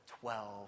twelve